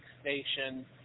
station